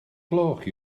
gloch